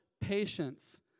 patience